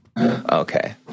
okay